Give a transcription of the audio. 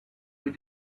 with